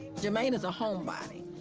jermaine is a homebody,